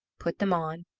put them on,